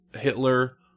Hitler